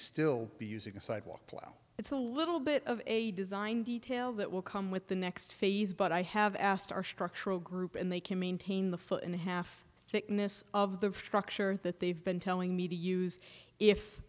still be using a sidewalk plow it's a little bit of a design detail that will come with the next phase but i have asked our structural group and they can maintain the foot and a half thickness of the structure that they've been telling me to use if